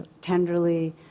tenderly